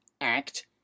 act